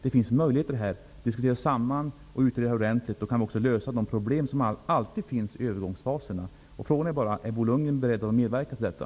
Det finns möjligheter att diskutera oss samman och utreda frågan ordentligt. Då kan vi också lösa de problem som alltid uppkommer i övergångsfaserna. Frågan är bara: Är Bo Lundgren beredd att medverka till detta?